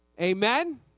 Amen